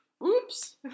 Oops